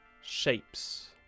shapes